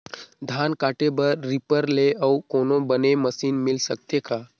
धान काटे बर रीपर ले अउ कोनो बने मशीन मिल सकथे का?